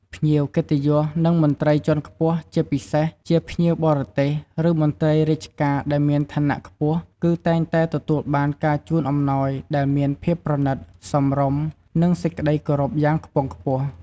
ភ្ញៀវកិត្តិយស និងមន្ត្រីជាន់ខ្ពស់ ជាពិសេសជាភ្ញៀវបរទេស ឬមន្ត្រីរាជការដែលមានឋានៈខ្ពស់ គឺតែងតែទទួលបានការជូនអំណោយដែលមានភាពប្រណិត សមរម្យ និងសេចក្ដីគោរពយ៉ាងខ្ពង់ខ្ពស់។